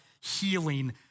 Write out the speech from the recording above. healing